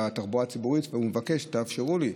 בתחבורה הציבורית והוא מבקש: תאפשרו לי,